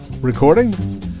recording